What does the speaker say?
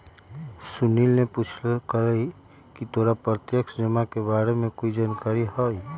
सुनील ने पूछकई की तोरा प्रत्यक्ष जमा के बारे में कोई जानकारी हई